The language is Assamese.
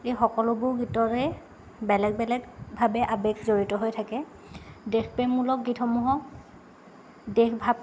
এই সকলোবোৰ গীতৰে বেলেগ বেলেগ ভাৱে আৱেগ জড়িত হৈ থাকে দেশপ্ৰেমমূলক গীতসমূহত দেশভাৱ